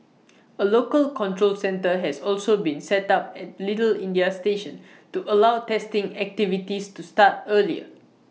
A local control centre has also been set up at little India station to allow testing activities to start earlier